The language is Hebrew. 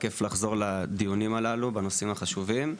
כייף לחזור לדיונים הללו בנושאים החשובים.